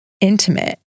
intimate